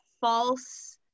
false